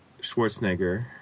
Schwarzenegger